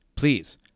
Please